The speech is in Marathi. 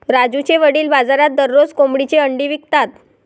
राजूचे वडील बाजारात दररोज कोंबडीची अंडी विकतात